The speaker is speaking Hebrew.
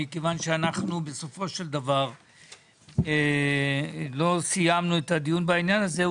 מכיוון שאנחנו בסופו של דבר לא סיימנו את הדיון בעניין הזה,